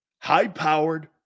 High-powered